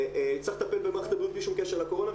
צריך לטפל במערכת הבריאות בלי שום קשר לקורונה,